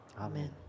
Amen